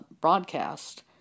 broadcast